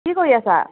কি কৰি আছা